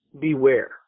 beware